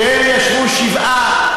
כשהם ישבו שבעה,